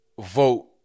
vote